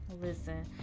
Listen